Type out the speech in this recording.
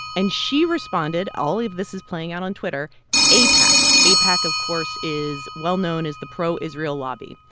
and she responded all of this is playing out on twitter aipac. aipac, of course, is well known as the pro-israel lobby.